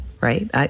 right